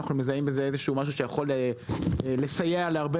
אנחנו מזהים בזה משהו שיכול לסייע להרבה